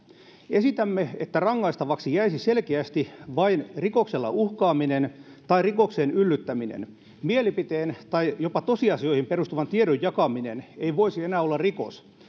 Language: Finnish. esitämme että rangaistavaksi jäisi selkeästi vain rikoksella uhkaaminen tai rikokseen yllyttäminen mielipiteen tai jopa tosiasioihin perustuvan tiedon jakaminen ei voisi enää olla rikos